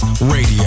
Radio